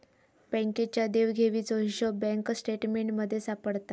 बँकेच्या देवघेवीचो हिशोब बँक स्टेटमेंटमध्ये सापडता